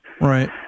right